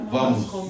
Vamos